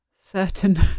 certain